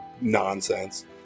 nonsense